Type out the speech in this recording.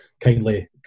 kindly